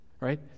right